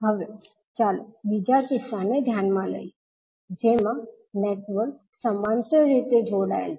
હવે ચાલો બીજા કિસ્સાને ધ્યાનમાં લઈએ જેમાં નેટવર્ક સમાંતર રીતે જોડાયેલ છે